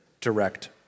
direct